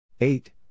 Eight